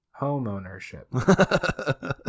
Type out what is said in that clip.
Homeownership